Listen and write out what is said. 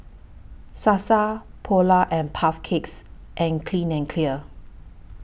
Sasa Polar and Puff Cakes and Clean and Clear